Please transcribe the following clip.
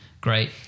great